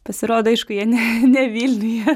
pasirodo aišku jei ne ne vilniuje